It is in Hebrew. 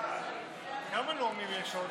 שלוש דקות